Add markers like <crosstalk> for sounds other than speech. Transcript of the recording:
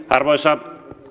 <unintelligible> arvoisa